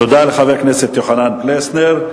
תודה לחבר הכנסת יוחנן פלסנר.